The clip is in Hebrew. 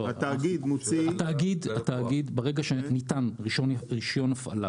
התאגיד מוציא --- ברגע שניתן רישיון הפעלה.